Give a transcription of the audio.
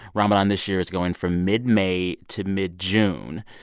ramadan this year is going from mid-may to mid-june.